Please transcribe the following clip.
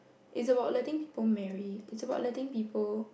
it's about letting people marry it's about letting people